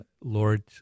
Lord